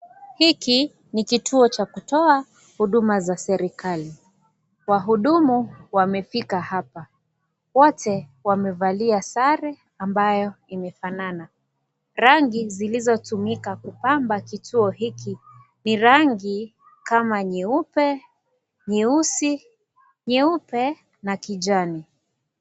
Hiki ni kituo cha kutoa huduma za serikali. Wahudumu wamefika hapa, wote wamevalia sare ambayo imefanana. Rangi zilizotumika kupamba kituo hiki ni rangi kama nyeupe, nyeusi , nyeupe na kijani.